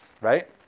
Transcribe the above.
Right